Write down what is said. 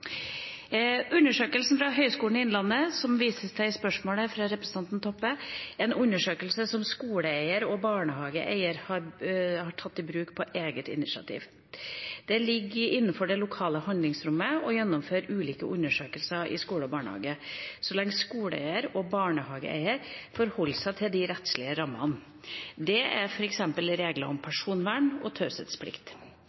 Innlandet, som det vises til i spørsmålet fra representanten Toppe, er en undersøkelse som skoleeiere og barnehageeiere har tatt i bruk på eget initiativ. Det ligger innenfor det lokale handlingsrommet å gjennomføre ulike undersøkelser i skolen og barnehagen så lenge skoleeiere og barnehageeiere forholder seg til de rettslige rammene. Dette kan f.eks. handle om